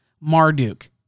Marduk